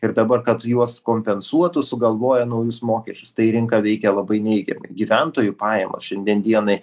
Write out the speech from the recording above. ir dabar kad juos kompensuotų sugalvoja naujus mokesčius tai rinką veikė labai neigiamai gyventojų pajamos šiandien dienai